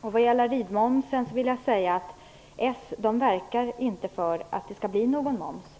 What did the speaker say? Vad gäller ridmomsen vill jag säga att socialdemokraterna inte verkar för att det skall bli någon moms.